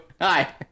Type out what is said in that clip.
hi